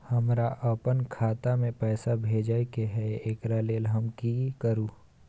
हमरा अपन खाता में पैसा भेजय के है, एकरा लेल हम की करू?